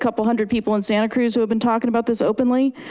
couple hundred people in santa cruz who have been talking about this openly?